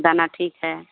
दाना ठीक है